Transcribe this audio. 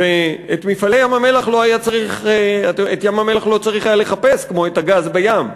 ואת ים-המלח לא צריך היה לחפש כמו את הגז בים.